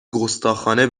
گستاخانه